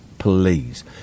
Please